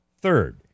third